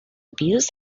views